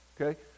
okay